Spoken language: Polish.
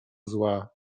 zła